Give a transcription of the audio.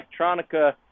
Electronica